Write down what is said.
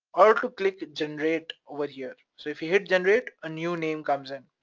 or click generate over here. so if you hit generate a new name comes in.